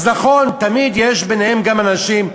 אז נכון, תמיד יש ביניהם גם אנשים,